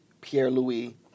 Pierre-Louis